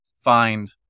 find